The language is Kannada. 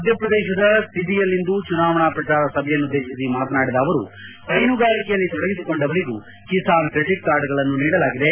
ಮಧ್ಯಪ್ರದೇಶದ ಸಿಧಿಯಲ್ಲಿಂದು ಚುನಾವಣಾ ಪ್ರಚಾರ ಸಭೆಯನ್ನುದ್ದೇಶಿಸಿ ಮಾತನಾಡಿದ ಅವರು ಪೈನುಗಾರಿಕೆಯಲ್ಲಿ ತೊಡಗಿಸಿಕೊಂಡವರಿಗೂ ಕಿಸಾನ್ ಕ್ರೆಡಿಟ್ ಕಾರ್ಡ್ಗಳನ್ನು ನೀಡಲಾಗಿದೆ